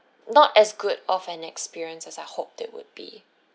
not as good of an experience as I hoped it would be